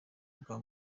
bwa